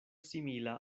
simila